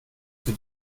sie